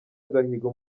agahigo